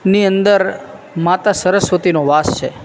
ની અંદર માતા સરસ્વતીનો વાસ છે